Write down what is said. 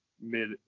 mid